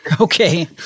Okay